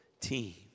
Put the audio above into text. team